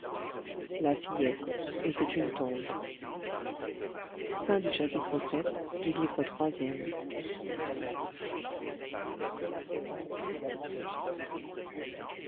la fillette était une tombe chapitre